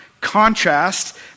contrast